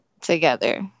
together